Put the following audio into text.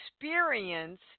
experience